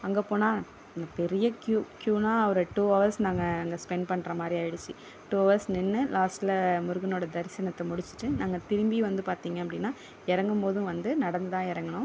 அங்கே போனால் அங்கே பெரிய க்யூ க்யூனா ஒரு டூ அவர்ஸ் நாங்கள் அங்கே ஸ்பென்ட் பண்ணுறமாரி ஆயிடுச்சு டூ அவர்ஸ் நின்று லாஸ்ட்டில் முருகனோட தரிசனத்தை முடிச்சிவிட்டு நாங்கள் திரும்பி வந்து பார்த்திங்கன்னா அப்படினா இறங்கும் போதும் வந்து நடந்து தான் இறங்குனோம்